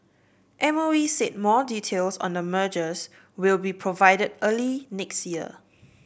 M O E said more details on the mergers will be provided early next year